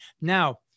Now